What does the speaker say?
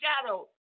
shadow